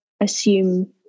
assume